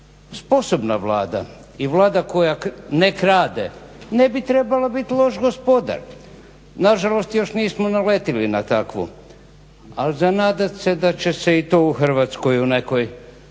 Sposobna Vlada i Vlada koja ne krade, ne bi trebala biti loš gospodar. Nažalost još nismo naletjeli na takvu ali nadam se da će se i to u Hrvatskoj u nekoj